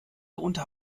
unter